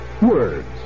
Words